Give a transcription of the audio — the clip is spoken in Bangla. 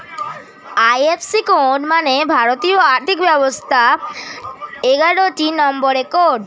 আই.এফ.সি কোড মানে ভারতীয় আর্থিক ব্যবস্থার এগারোটি নম্বরের কোড